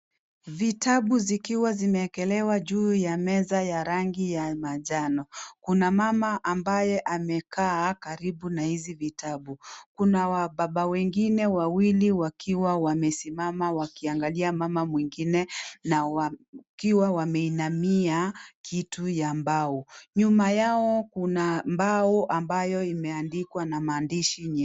Vitabu zikiwa zimewekelewa juu ya meza ya rangi ya manjano. Kuna mama ambaye amekaa karibu na hizi vitabu. Kuna wababa wengine wawili wakiwa wamesimama wakiangalia mama mwingine na wakiwa wameinamia kitu ya mbao. Nyuma yao kuna mbao ambayo imeandikwa na maandishi nye...